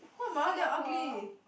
why my one damn ugly